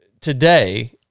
today